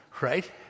Right